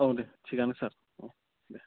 औ दे थिगानो सार औ दे